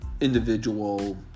individual